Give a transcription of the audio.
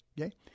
okay